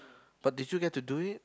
but did you get to do it